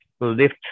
lift